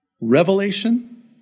revelation